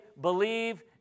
believe